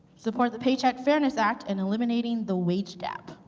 support the paycheck fairness act in eliminating the wage gap.